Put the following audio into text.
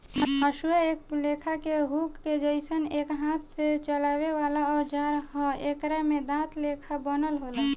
हसुआ एक लेखा के हुक के जइसन एक हाथ से चलावे वाला औजार ह आ एकरा में दांत लेखा बनल होला